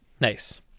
Nice